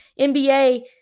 NBA